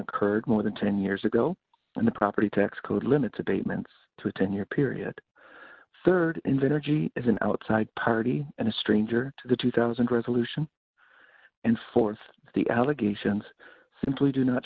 occurred more than ten years ago when the property tax code limits abatements to a ten year period rd inventor g e as an outside party and a stranger to the two thousand resolution in forth the allegations simply do not